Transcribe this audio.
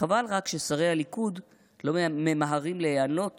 חבל רק ששרי הליכוד לא ממהרים להיענות